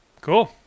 cool